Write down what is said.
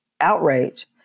outrage